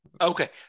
Okay